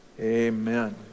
amen